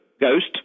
ghost